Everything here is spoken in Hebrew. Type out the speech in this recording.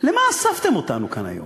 למה אספתם אותנו כאן היום?